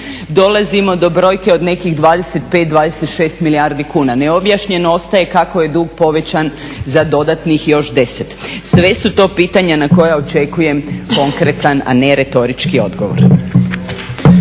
dolazimo do brojke od nekih 25, 26 milijardi kuna. Neobjašnjeno ostaje kako je dug povećan za dodatnih još 10. Sve su to pitanja na koja očekujem konkretna a ne retorički odgovor.